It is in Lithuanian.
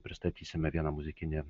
pristatysime vieną muzikinę